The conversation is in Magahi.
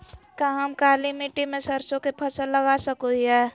का हम काली मिट्टी में सरसों के फसल लगा सको हीयय?